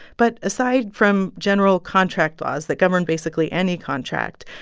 but aside from general contract laws that govern basically any contract,